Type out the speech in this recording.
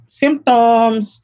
symptoms